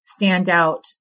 standout